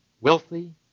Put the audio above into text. wealthy